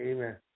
Amen